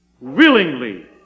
willingly